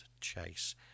Chase